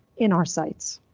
in our sites.